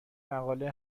مقاله